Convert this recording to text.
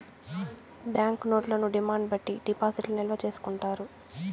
bank నోట్లను demand బట్టి డిపాజిట్లు నిల్వ చేసుకుంటారు